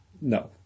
No